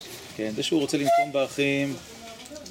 כן, זה שהוא רוצה ל... באחים